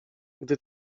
gdy